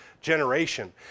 generation